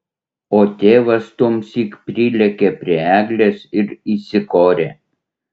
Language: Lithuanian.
o tėvas tuomsyk prilėkė prie eglės ir įsikorė